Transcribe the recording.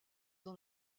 dans